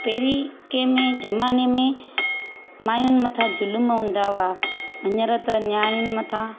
पहिरीं के में ज़माने में माइयुनि मथा जुलम हूंदा हुआ हींअर त नियाणियुनि मथां